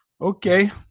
okay